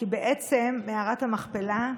כי בעצם מערת המכפלה,